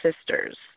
sisters